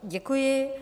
Děkuji.